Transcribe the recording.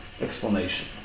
explanation